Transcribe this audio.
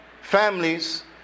families